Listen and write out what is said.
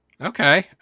Okay